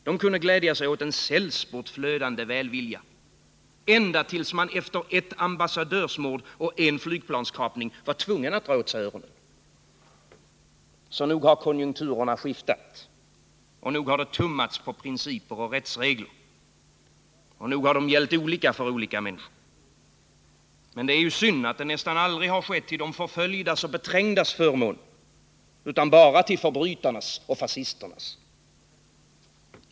De kunde glädja sig åt en sällsport flödande välvilja — ända tills man efter ett ambassadörsmord och en flygplanskapning var tvungen att dra åt sig öronen. Så nog har konjunkturerna skiftat. Nog har det tummats på principer och rättsregler, och nog har de gällt olika för olika människor. Det är synd att det nästan aldrig har skett till de förföljdas och beträngdas förmån, utan bara till förbrytarnas och fascisternas.